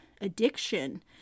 addiction